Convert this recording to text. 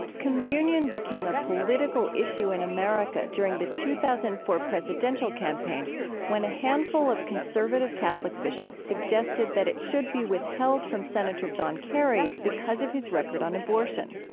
communion became a political issue in america during the two thousand and four presidential campaign when a handful of conservative catholic bishops suggested that it should be withheld from senator john kerry because of his record on abortion.